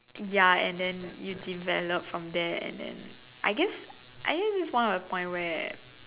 ya and then you develop from there and then I guess I guess it's one of the point where